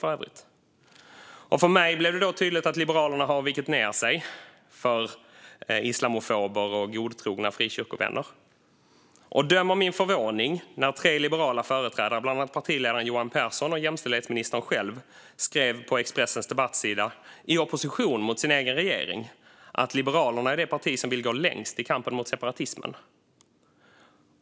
För mig är det tydligt att Liberalerna har vikt ned sig för islamofober och godtrogna frikyrkovänner. Döm om min förvåning när tre liberala företrädare, däribland partiledaren Johan Pehrson och jämställdhetsministern själv, i opposition mot sin egen regering skrev på Expressens debattsida att Liberalerna är det parti som vill gå längst i kampen mot separatismen.